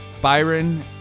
Byron